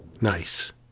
Nice